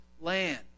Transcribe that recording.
land